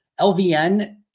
LVN